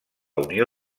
unió